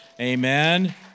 Amen